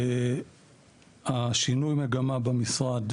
שינוי המגמה במשרד,